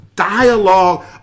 Dialogue